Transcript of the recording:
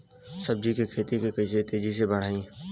सब्जी के खेती के कइसे तेजी से बढ़ाई?